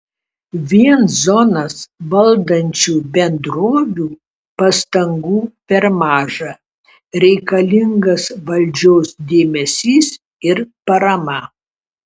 vien zonas valdančių bendrovių pastangų per maža reikalingas valdžios dėmesys ir parama